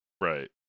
Right